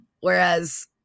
whereas